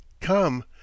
come